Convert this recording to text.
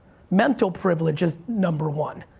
mental privilege is number one.